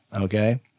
Okay